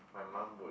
my mum would